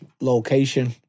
location